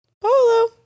Polo